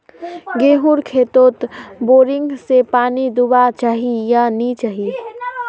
गेँहूर खेतोत बोरिंग से पानी दुबा चही या नी चही?